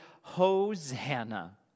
Hosanna